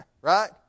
right